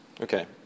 Okay